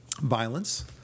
violence